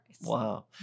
Wow